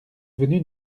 venu